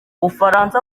bufaransa